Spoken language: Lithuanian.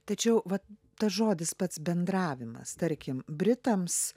tačiau vat tas žodis pats bendravimas tarkim britams